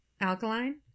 alkaline